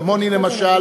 כמוני למשל,